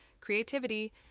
creativity